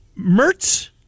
Mertz